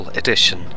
edition